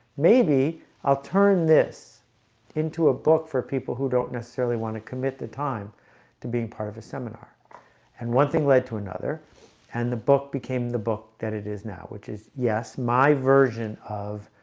maybe i'll turn this into a book for people who don't necessarily want to commit the time to being part of a seminar and one thing led to another and the book became the book that it is now which is yes my version of